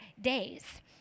days